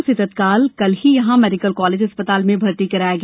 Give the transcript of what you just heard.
उसे तत्काल कल ही यहां मेडिकल कालेज अस्पताल में भर्ती कराया गया